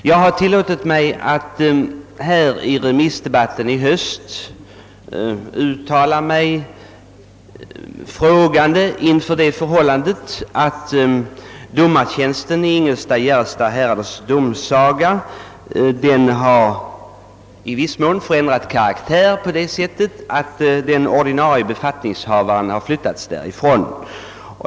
Jag tillät mig att i höstens remissdebatt ställa mig betänksam till det förhållandet att domartjänsten i Ingelstads och Järrestads domsaga i viss mån förändrat karaktär på det sättet att den ordinarie befattningstagaren flyttats därifrån.